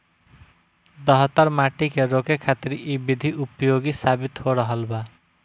दहतर माटी के रोके खातिर इ विधि उपयोगी साबित हो रहल बा